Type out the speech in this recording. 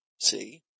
See